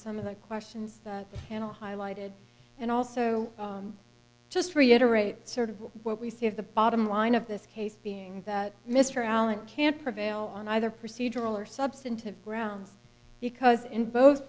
some of the questions that anna highlighted and also just reiterate sort of what we see of the bottom line of this case being that mr allen can't prevail on either procedural or substantive grounds because